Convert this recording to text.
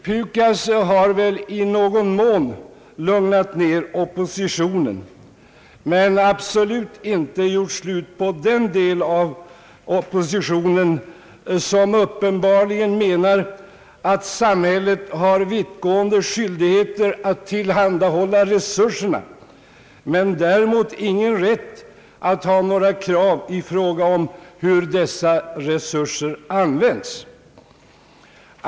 PUKAS har väl i någon mån lugnat ner oppositionen men absolut inte gjort slut på den del av oppositionen som uppenbarligen menar att samhället har vittgående skyldigheter att tillhandahålla resurserna men däremot ingen rätt att ha några krav i fråga om hur dessa resurser används.